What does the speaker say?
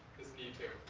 need to